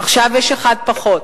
עכשיו יש אחד פחות,